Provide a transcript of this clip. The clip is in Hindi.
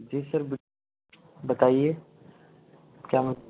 जी सर भी बताइए क्या म